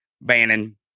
Bannon